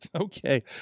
Okay